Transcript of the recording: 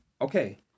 Okay